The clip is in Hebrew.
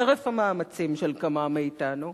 חרף המאמצים של כמה מאתנו,